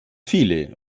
viele